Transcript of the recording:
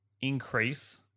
increase